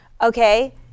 Okay